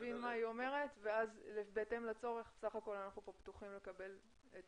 נבין מה היא אומרת ואז בהתאם לצורך בסך הכול אנחנו פה פתוחים לקבל את